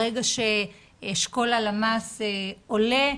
ברגע שאשכול הלמ"ס עולה,